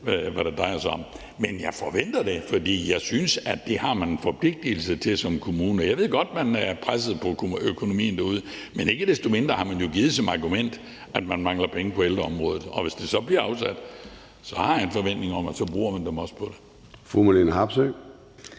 Men jeg forventer det, for jeg synes, at man har en forpligtelse til det som kommune. Jeg ved godt, at man er presset på økonomien derude, men ikke desto mindre har man jo givet som argument, at man mangler penge på ældreområdet, og hvis det så bliver afsat, har jeg en forventning om, at man så også bruger dem på det.